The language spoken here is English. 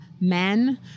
men